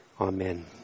Amen